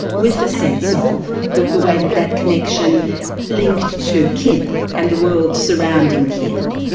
with a sense of the the way that that connection linked to kin, and the world surrounding kin,